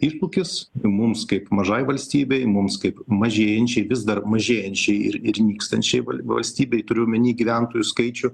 iššūkis mums kaip mažai valstybei mums kaip mažėjančiai vis dar mažėjančiai ir ir nykstančiai val valstybei turiu omeny gyventojų skaičių